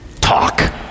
talk